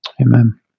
Amen